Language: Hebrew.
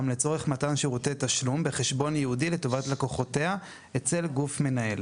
לצורך מתן שירותי תשלום בחשבון ייעודי לטובת לקוחותיה אצל גוף מנהל".